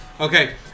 Okay